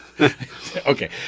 okay